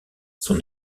son